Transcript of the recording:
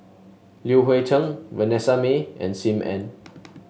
Li Hui Cheng Vanessa Mae and Sim Ann